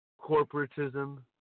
corporatism